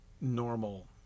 normal